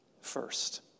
First